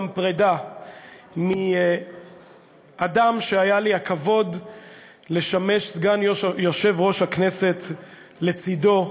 גם פרידה מאדם שהיה לי הכבוד לשמש סגן יושב-ראש הכנסת לצידו,